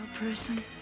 person